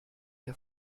der